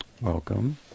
Welcome